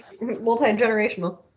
multi-generational